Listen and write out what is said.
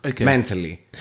mentally